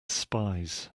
spies